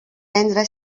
vendre